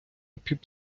піп